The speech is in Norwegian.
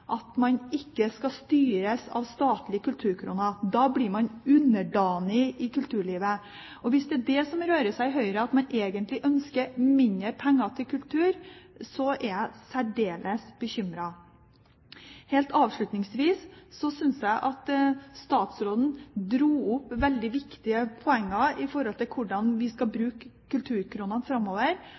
at man ikke skal styres av statlige kulturkroner. Da blir man underdanig i kulturlivet. Hvis det er det som rører seg i Høyre, at man egentlig ønsker mindre penger til kultur, så er jeg særdeles bekymret. Helt avslutningsvis: Jeg synes at statsråden dro opp veldig viktige poenger i forhold til hvordan vi skal bruke kulturkronene framover.